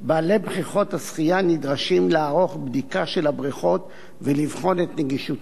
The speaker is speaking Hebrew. בעלי בריכות השחייה נדרשים לערוך בדיקה של הבריכות ולבחון את נגישותן.